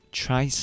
try